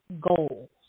Goals